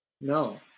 No